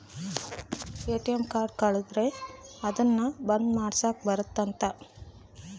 ATM card ಕಳುದ್ರೆ ಅದುನ್ನ ಬಂದ್ ಮಾಡ್ಸಕ್ ಬರುತ್ತ ಅಂತ